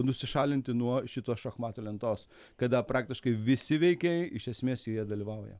nusišalinti nuo šitos šachmatų lentos kada praktiškai visi veikėjai iš esmės joje dalyvauja